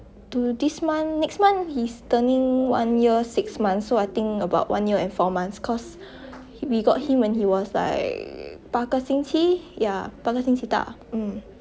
to this month next month he's turning one year six months so I think about one year and four months cause we got him when he was like 八个星期 yeah 八个星期大 mm